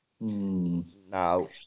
Now